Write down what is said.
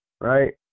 Right